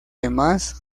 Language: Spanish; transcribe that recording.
demás